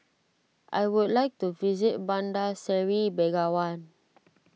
I would like to visit Bandar Seri Begawan